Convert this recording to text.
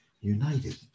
united